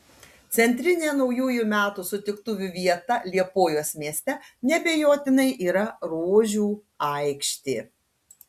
centrinė naujųjų metų sutiktuvių vieta liepojos mieste neabejotinai yra rožių aikštė